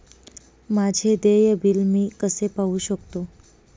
माझे देय बिल मी कसे पाहू शकतो?